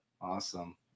Awesome